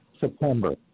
September